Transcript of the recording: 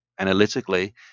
Analytically